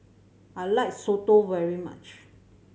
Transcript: I like soto very much